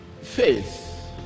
Faith